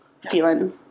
feeling